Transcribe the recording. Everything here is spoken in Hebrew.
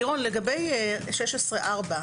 למעסיק אין לו שיקול דעת.